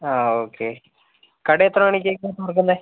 ആ ഓക്കെ കട എത്ര മണിക്കായിരിക്കും തുറക്കുന്നത്